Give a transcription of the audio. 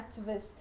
activists